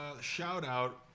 shout-out